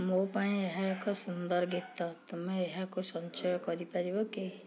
ମୋ ପାଇଁ ଏହା ଏକ ସୁନ୍ଦର ଗୀତ ତୁମେ ଏହାକୁ ସଞ୍ଚୟ କରିପାରିବ କି